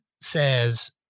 says